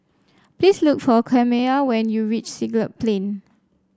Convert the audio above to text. please look for Camilla when you reach Siglap Plain